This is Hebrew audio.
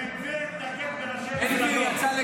בן גביר מתנגד, זה בשבילך.